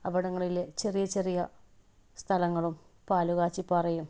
അവിടങ്ങളിലെ ചെറിയ ചെറിയ സ്ഥലങ്ങളും പാലുകാച്ചി പാറയും